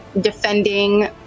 defending